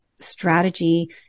strategy